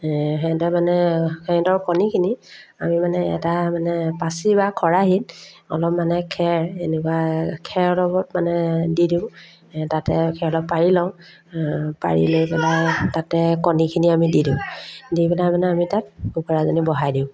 সিহঁতে মানে সিহতৰ কণীখিনি আমি মানে এটা মানে পাচি বা খৰাহিত অলপ মানে খেৰ এনেকুৱা খেৰৰ লগত মানে দি দিওঁ তাতে খেৰ অলপ পাৰি লওঁ পাৰি লৈ পেলাই তাতে কণীখিনি আমি দি দিওঁ দি পেলাই মানে আমি তাত কুকুৰাজনী বহাই দিওঁ